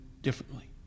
differently